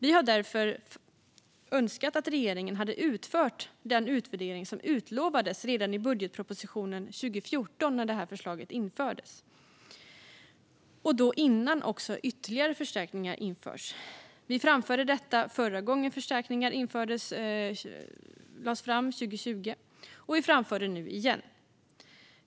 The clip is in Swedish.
Vi hade därför önskat att regeringen hade utfört den utvärdering som utlovades redan i budgetpropositionen 2014, när förslaget infördes och innan ytterligare förstärkningar infördes. Vi framförde detta förra gången förstärkningar lades fram och infördes 2020, och vi framför det nu igen.